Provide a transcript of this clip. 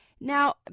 Now